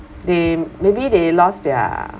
they maybe they lost their